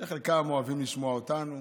שחלקם אוהבים לשמוע אותנו,